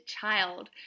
child